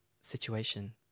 situation